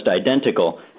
identical